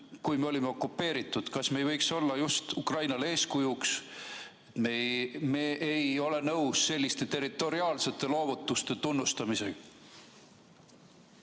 kui me olime okupeeritud. Kas me ei võiks olla just Ukrainale eeskujuks, näidates, et me ei ole nõus selliste territoriaalsete loovutuste tunnustamisega?